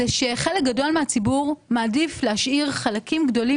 היא שחלק גדול מהציבור מעדיף להשאיר חלקים גדולים